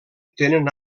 tenen